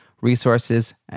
resources